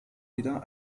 wieder